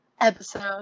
episode